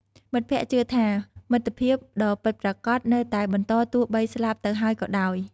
មិត្តភក្តិជឿថា មិត្តភាពដ៏ពិតប្រាកដនៅតែបន្តទោះបីស្លាប់ទៅហើយក៏ដោយ។